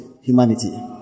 humanity